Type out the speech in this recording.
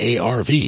ARV